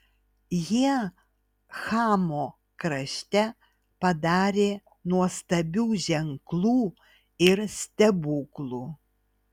jie chamo krašte padarė nuostabių ženklų ir stebuklų